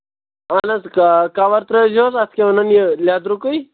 اَہن حظ کَوَر ترٲوۍزِہوٚس اَتھ کیٛاہ وَنان یہِ لیٚدرُکُے